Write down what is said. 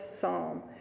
Psalm